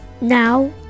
Now